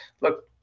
look